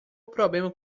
problema